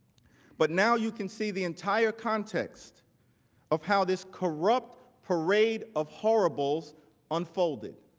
but now you can see the entire context of how this corrupt parade of horribles unfolded.